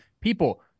People